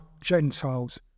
Gentiles